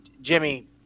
Jimmy